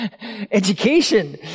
education